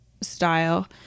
style